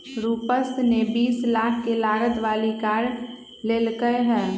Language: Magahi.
रूपश ने बीस लाख के लागत वाली कार लेल कय है